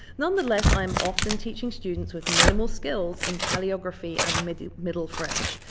nonetheless, i am often teaching students with minimal skills in paleography and middle middle french,